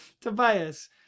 Tobias